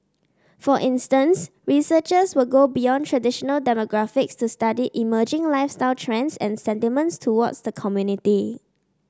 for instance researchers will go beyond traditional demographics to study emerging lifestyle trends and sentiments towards the community